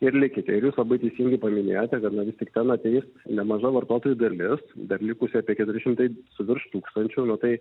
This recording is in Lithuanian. ir likite ir jūs labai teisingai paminėjote kad na vis tik ten ateis nemaža vartotojų dalis dar likusi apie keturi šimtai su virš tūkstančių nu tai